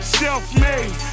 self-made